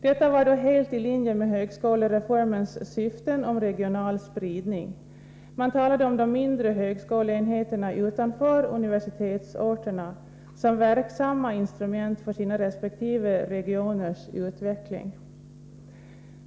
Detta var då helt i linje med högskolereformens syften om regional spridning. Man talade om de mindre högskoleenheterna utanför universitetsorterna som verksamma instrument för sina resp. regioners utveckling.